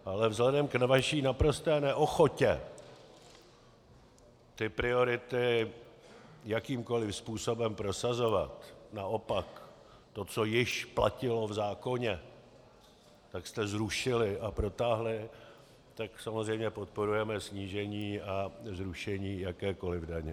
Ale vzhledem k vaší naprosté neochotě ty priority jakýmkoli způsobem prosazovat, naopak to, co již platilo v zákoně, tak jste zrušili a protáhli, tak samozřejmě podporujeme snížení a zrušení jakékoli daně.